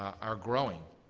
are growing.